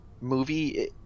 movie